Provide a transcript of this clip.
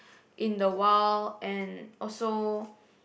in the wild and also